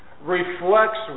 reflects